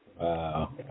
Wow